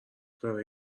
کاره